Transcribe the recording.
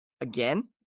again